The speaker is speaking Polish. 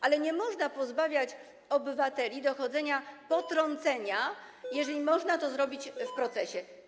Ale nie można pozbawiać obywateli prawa dochodzenia potrącenia, jeżeli można to zrobić w procesie.